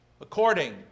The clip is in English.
according